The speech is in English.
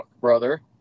brother